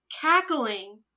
cackling